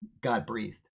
God-breathed